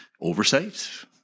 oversight